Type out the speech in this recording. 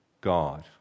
God